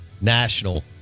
national